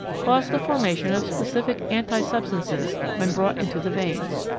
cause the formation of specific anti substances when brought into the veins.